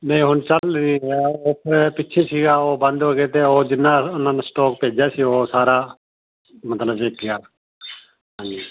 ਨਹੀਂ ਹੁਣ ਚੱਲ ਨਹੀਂ ਰਿਹਾ ਉੱਥੇ ਪਿੱਛੇ ਸੀਗਾ ਉਹ ਬੰਦ ਹੋ ਗਿਆ ਅਤੇ ਉਹ ਜਿੰਨਾ ਉਹਨਾਂ ਨੇ ਸਟੋਕ ਭੇਜਿਆ ਸੀ ਉਹ ਸਾਰਾ ਮਤਲਬ ਵਿੱਕ ਗਿਆ ਹਾਂਜੀ